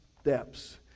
steps